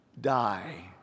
Die